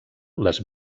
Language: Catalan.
les